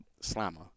slammer